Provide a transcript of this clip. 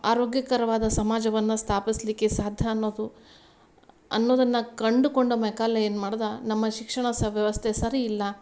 ಆರೋಗ್ಯಕರವಾದ ಸಮಾಜವನ್ನ ಸ್ಥಾಪಿಸಲಿಕ್ಕೆ ಸಾಧ್ಯ ಅನ್ನೋದು ಅನ್ನೋದನ್ನ ಕಂಡುಕೊಂಡ ಮೆಕಾಲೆ ಏನು ಮಾಡ್ದ ನಮ್ಮ ಶಿಕ್ಷಣ ಸಬ್ ವ್ಯವಸ್ಥೆ ಸರಿ ಇಲ್ಲ